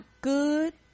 good